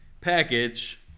package